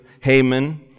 Haman